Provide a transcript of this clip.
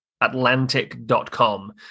Atlantic.com